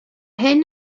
hyn